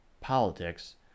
politics